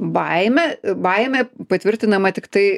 baimė baimė patvirtinama tiktai